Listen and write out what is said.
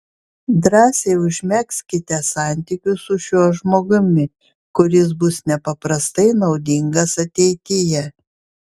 drąsiai užmegzkite santykius su šiuo žmogumi kuris bus nepaprastai naudingas ateityje